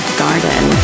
garden